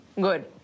Good